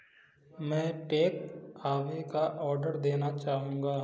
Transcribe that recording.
मैं takeaway का order देना चाहूँगा